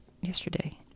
yesterday